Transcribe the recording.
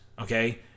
Okay